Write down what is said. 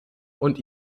und